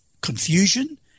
confusion